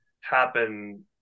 happen